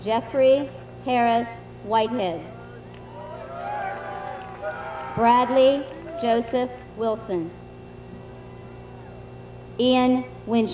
jeffrey harris white men bradley joseph wilson and when